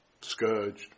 scourged